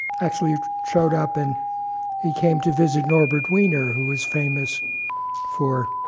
actually showed up, and he came to visit norbert wiener, who is famous for